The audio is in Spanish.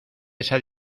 esa